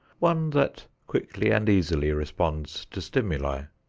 one that quickly and easily responds to stimuli.